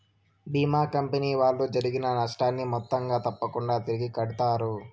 భీమా company వాళ్ళు జరిగిన నష్టాన్ని మొత్తంగా తప్పకుంగా తిరిగి కట్టిత్తారు